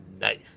Nice